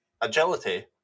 agility